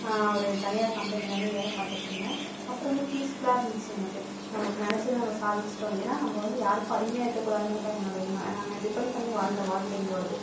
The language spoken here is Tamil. ஒரு தனியார் கம்பெனியில் வந்து வேலை பார்த்துட்டு இருந்தேன் அப்போ ரொம்ப ஃபீஸ்ஃபுல்லாக இருந்துச்சு எனக்கு நம்ம நினைச்சத நம்ம சாதித்திட்டோம் ஏன்னால் நம்ப வந்து யாருக்கும் அடிமையாக இருக்க கூடாதுங்கிறது தான் என்னுடைய எண்ணம் நாங்க டிபன்ட் பண்ணி வாழ்ந்த வாழ்க்கை எங்களோடயது